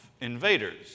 invaders